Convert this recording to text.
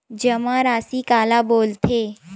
जमा राशि काला बोलथे?